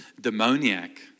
demoniac